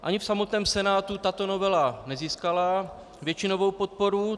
Ani v samotném Senátu tato novela nezískala většinovou podporu.